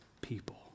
people